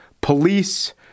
police